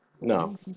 No